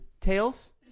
Tails